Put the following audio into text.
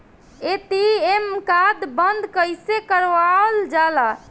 ATM card बन्द कईसे करावल जाला?